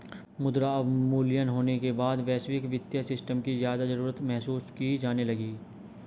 मुद्रा अवमूल्यन होने के बाद वैश्विक वित्तीय सिस्टम की ज्यादा जरूरत महसूस की जाने लगी